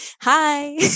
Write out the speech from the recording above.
Hi